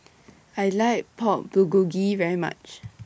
I like Pork Bulgogi very much